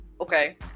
okay